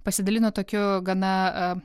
pasidalino tokiu gana